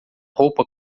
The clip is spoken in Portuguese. roupa